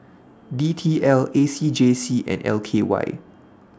D T L A C J C and L K Y